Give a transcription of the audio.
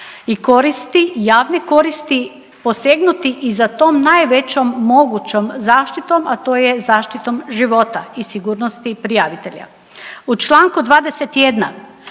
i koristi, javne koristi, posegnuti i za tom najvećom mogućom zaštitom,a to je zaštitom života i sigurnosti prijavitelja. U čl. 21